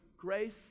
grace